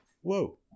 whoa